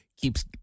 keeps